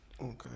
Okay